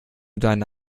deine